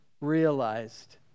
realized